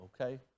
okay